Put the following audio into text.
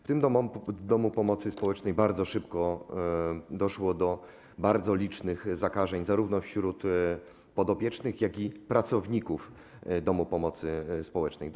W tym domu pomocy społecznej bardzo szybko doszło do bardzo licznych zakażeń zarówno wśród podopiecznych, jak i wśród pracowników domu pomocy społecznej.